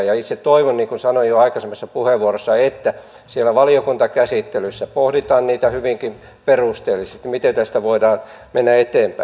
itse toivon niin kuin sanoin jo aikaisemmassa puheenvuorossa että siellä valiokuntakäsittelyssä pohditaan hyvinkin perusteellisesti miten tästä voidaan mennä eteenpäin